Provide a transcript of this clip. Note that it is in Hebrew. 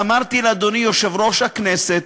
ואמרתי לאדוני יושב-ראש הכנסת,